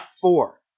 four